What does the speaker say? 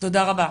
תודה רבה.